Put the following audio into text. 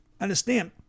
understand